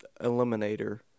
Eliminator